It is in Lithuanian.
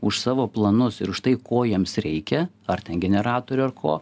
už savo planus ir už tai ko jiems reikia ar ten generatorių ar ko